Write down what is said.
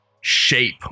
shape